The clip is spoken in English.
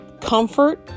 comfort